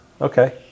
Okay